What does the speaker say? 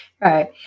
Right